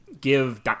give